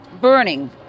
burning